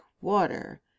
water